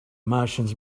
martians